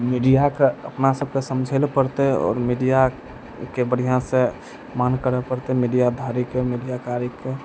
मीडियाके अपना सबके समझै लए पड़तै आओर मीडियाके बढ़िऑं सऽ माङ्ग करऽ पड़तै मीडियाधारीके मीडियाकारीके